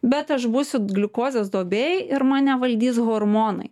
bet aš būsiu gliukozės duobėj ir mane valdys hormonai